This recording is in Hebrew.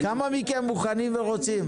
כמה מכם מוכנים ורוצים?